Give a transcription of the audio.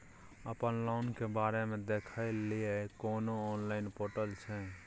अपन लोन के बारे मे देखै लय कोनो ऑनलाइन र्पोटल छै?